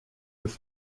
des